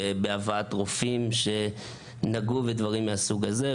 בהבאת רופאים שנגעו בדברים מהסוג הזה.